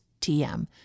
TM